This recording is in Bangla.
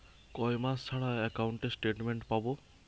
কয় মাস ছাড়া একাউন্টে স্টেটমেন্ট পাব?